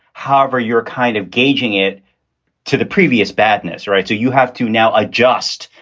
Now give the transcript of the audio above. however, you're kind of gauging it to the previous badness. right. so you have to now adjust.